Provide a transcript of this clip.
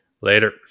Later